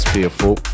Fearful